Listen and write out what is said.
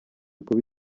kuba